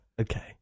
Okay